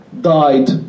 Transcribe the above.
died